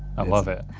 i love it.